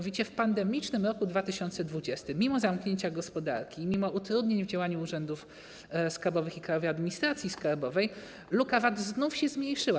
W pandemicznym roku 2020, mimo zamknięcia gospodarki, mimo utrudnień w działaniu urzędów skarbowych i Krajowej Administracji Skarbowej luka VAT znów się zmniejszyła.